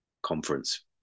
conference